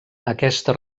aquesta